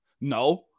No